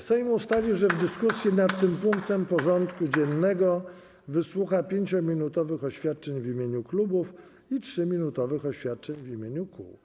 Sejm ustalił, że w dyskusji nad tym punktem porządku dziennego wysłucha 5-minutowych oświadczeń w imieniu klubów i 3-minutowych oświadczeń w imieniu kół.